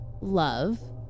Love